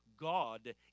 God